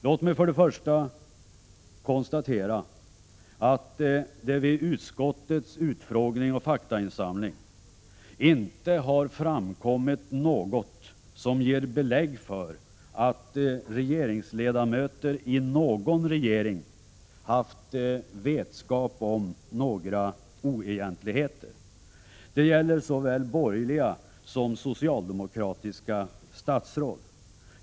Låt mig först konstatera att det vid utskottets utfrågningar och faktainsamling inte har framkommit något som ger belägg för att regeringsledamöter i någon regering skulle ha haft vetskap om några oegentligheter. Det gäller såväl borgerliga som socialdemokratiska statsråd.